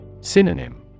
Synonym